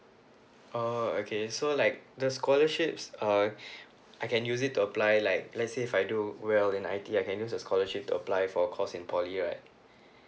oh okay so like the scholarships err I can use it to apply like let's say if I do well in I_T I can use the scholarship to apply for course in poly right